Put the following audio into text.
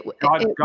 God